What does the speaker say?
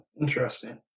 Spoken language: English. Interesting